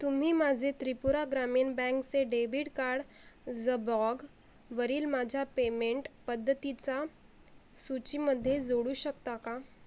तुम्ही माझे त्रिपुरा ग्रामीण बँकचे डेबिट कार्ड जबॉगवरील माझ्या पेमेंट पद्धतीचा सूचीमध्ये जोडू शकता का